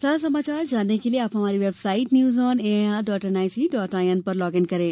ताजा समाचार जानने के लिए आप हमारी website news on A I R dot N I C dot I N पर लॉग इन करें